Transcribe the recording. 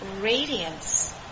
radiance